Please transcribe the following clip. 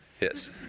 Yes